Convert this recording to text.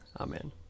Amen